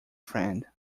friend